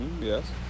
Yes